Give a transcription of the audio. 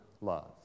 love